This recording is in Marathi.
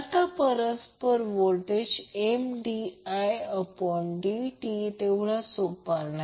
आता परस्पर व्होल्टेज Mdidt तेवढा सोपा नाही